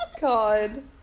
God